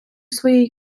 своєї